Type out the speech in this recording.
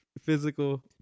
physical